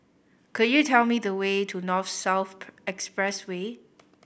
could you tell me the way to North South Expressway